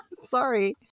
Sorry